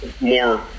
more